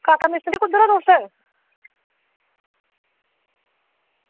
काका मिस्तरी कुद्धर ओ तुस